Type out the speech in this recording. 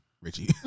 Richie